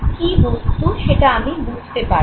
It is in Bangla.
কী বস্তু সেটা আমি বুঝতে পারবো